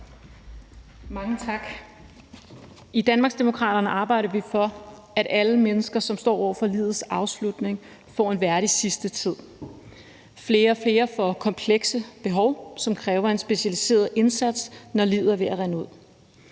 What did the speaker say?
Mange tak. I Danmarksdemokraterne arbejder vi for, at alle mennesker, som står over for livets afslutning, får en værdig sidste tid. Flere og flere får komplekse behov, som kræver en specialiseret indsats, når livet er ved at rinde ud.